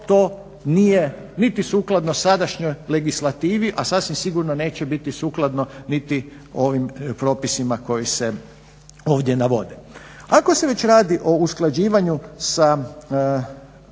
to nije niti sukladno sadašnjoj legislativi, a sasvim sigurno neće biti sukladno niti ovim propisima koji se ovdje navode. Ako se već radi o usklađivanju sa